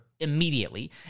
Immediately